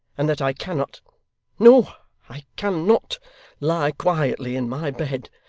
and that i cannot no, i can not lie quietly in my bed,